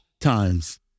times